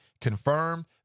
confirmed